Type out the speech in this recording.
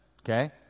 Okay